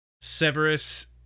Severus